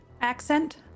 accent